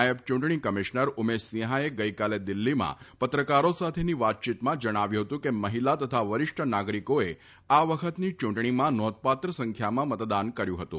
નાયબ ચૂંટણી કમિશનર ઉમેશ સિંફાએ ગઈકાલે દિલ્ફીમાં પત્રકારો સાથેની વાતચીતમાં જણાવ્યું ફતું કે મહિલા તથા વરિષ્ઠ નાગરીકોએ આ વખતની ચૂંટણીમાં નોંધપાત્ર સંખ્યામાં મતદાન કર્યું ફતું